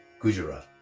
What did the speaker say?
Gujarat